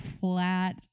flat